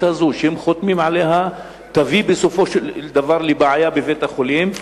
הזאת שהם חותמים עליה תביא בסופו של דבר לבעיה בבית-החולים.